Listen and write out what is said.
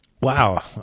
Wow